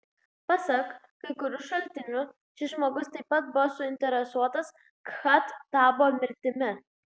pasak kai kurių šaltinių šis žmogus taip pat buvo suinteresuotas khattabo mirtimi